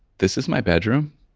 this is my bedroom?